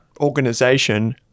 organization